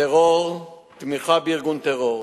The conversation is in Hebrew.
טרור ותמיכה בארגון טרור.